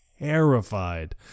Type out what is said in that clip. Terrified